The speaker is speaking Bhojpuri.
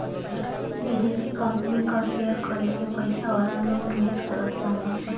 विदेशी कंपनी कअ शेयर खरीद के पईसा वाला लोग निवेश करत बाने